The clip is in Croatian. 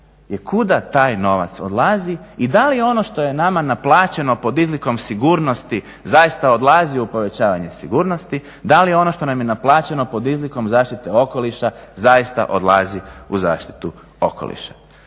kuda taj novac odlazi i da li ono što je nama naplaćeno pod izlikom sigurnosti zaista odlazi u povećavanje sigurnosti, da li ono što nam je naplaćeno pod izlikom zaštite okoliša zaista odlazi u zaštitu okoliša?